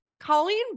Colleen